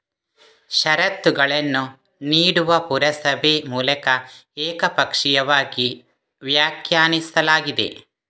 ಷರತ್ತುಗಳನ್ನು ನೀಡುವ ಪುರಸಭೆ ಮೂಲಕ ಏಕಪಕ್ಷೀಯವಾಗಿ ವ್ಯಾಖ್ಯಾನಿಸಲಾಗಿದೆ